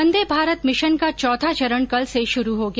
वंदे Bharat mission का चौथा चरण कल से शुरू हो गया